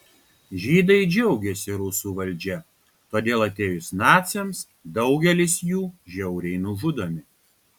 žydai džiaugiasi rusų valdžia todėl atėjus naciams daugelis jų žiauriai nužudomi